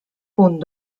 punt